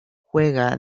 juega